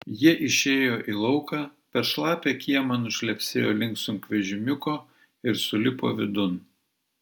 jie išėjo į lauką per šlapią kiemą nušlepsėjo link sunkvežimiuko ir sulipo vidun